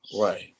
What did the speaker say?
Right